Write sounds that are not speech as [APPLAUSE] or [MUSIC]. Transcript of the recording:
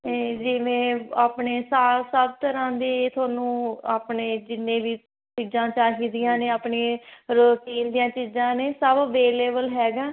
ਅਤੇ ਜਿਵੇਂ ਆਪਣੇ [UNINTELLIGIBLE] ਸਭ ਤਰ੍ਹਾਂ ਦੇ ਤੁਹਾਨੂੰ ਆਪਣੇ ਜਿੰਨੇ ਵੀ ਚੀਜ਼ਾਂ ਚਾਹੀਦੀਆਂ ਨੇ ਆਪਣੇ ਰੁਟੀਨ ਦੀਆਂ ਚੀਜ਼ਾਂ ਨੇ ਸਭ ਅਵੇਲੇਬਲ ਹੈਗਾ